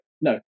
No